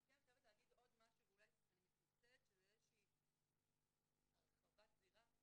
אני חייבת להגיד עוד משהו ואני מתנצלת שזו הרחבת זירה,